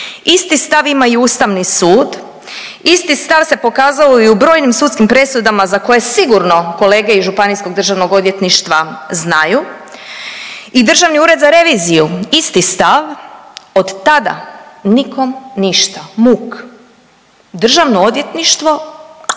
Isti stav ima i Ustavni sud, isti stav se pokazao i u brojnim sudskim presudama za koje sigurno kolege iz županijskog državnog odvjetništva znaju i Državni ured za reviziju isti stav. Od tada nikom ništa, muk. Državno odvjetništvo